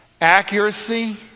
Accuracy